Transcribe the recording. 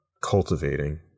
cultivating